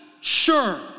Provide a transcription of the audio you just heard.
Sure